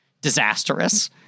disastrous